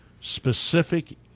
specific